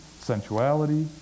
sensuality